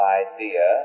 idea